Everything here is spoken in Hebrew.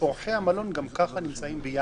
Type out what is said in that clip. אורחי המלון גם ככה נמצאים ביחד.